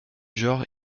genre